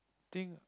think